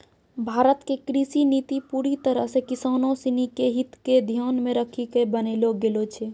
भारत के कृषि नीति पूरी तरह सॅ किसानों सिनि के हित क ध्यान मॅ रखी क बनैलो गेलो छै